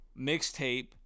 Mixtape